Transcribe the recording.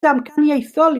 damcaniaethol